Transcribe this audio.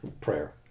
Prayer